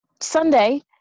Sunday